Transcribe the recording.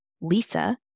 Lisa